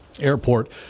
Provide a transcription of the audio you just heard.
Airport